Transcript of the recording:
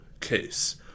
case –